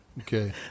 okay